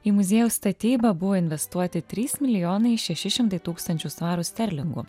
į muziejaus statybą buvo investuoti trys milijonai šeši šimtai tūkstančių svarų sterlingų